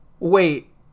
Wait